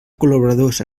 col·laboradors